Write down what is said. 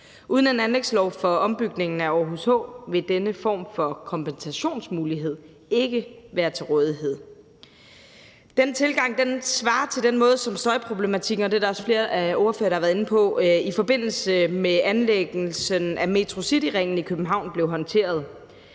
Uden en anlægslov for ombygningen af Aarhus H vil denne form for kompensationsmulighed ikke være til rådighed. Den tilgang svarer til den måde, som støjproblematikken – det er der også flere ordførere der har været inde på – blev håndteret